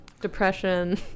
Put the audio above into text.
Depression